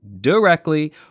directly